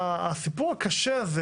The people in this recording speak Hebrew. הסיפור הקשה הזה